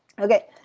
okay